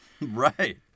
Right